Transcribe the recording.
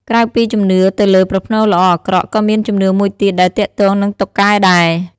ក្រៅពីជំនឿទៅលើប្រផ្នូលល្អអាក្រក់ ក៏មានជំនឿមួយទៀតដែលទាក់ទងនឹងតុកែដែរ។